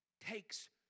takes